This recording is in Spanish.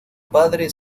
padre